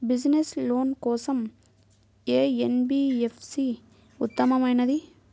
Business loan కోసం ఏ NBFC ఉత్తమమైనది?